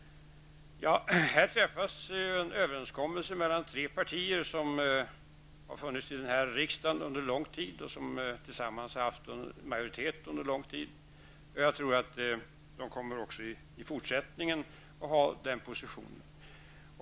Här träffas en överenskommelse mellan tre partier som har funnits i riksdagen under lång tid och som tillsammans har haft en majoritet under lång tid. Jag tror också att de i fortsättningen kommer att ha den positionen.